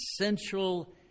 essential